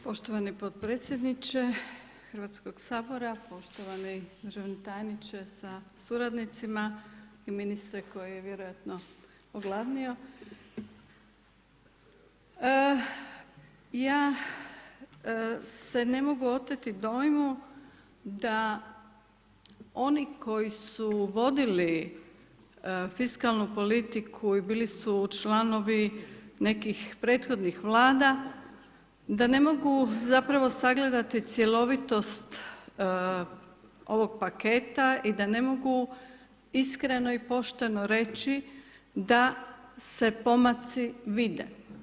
Poštovani podpredsjedniče Hrvatskog sabora, poštovani državni tajnice sa suradnicima i ministre koji je vjerojatno ogladnio, ja se ne mogu oteti dojmu da oni koji su vodili fiskalnu politiku i bili su članovi nekih prethodnih Vlada da ne mogu zapravo sagledati cjelovitost ovog paketa i da ne mogu iskreno i pošteno reći da se pomaci vide.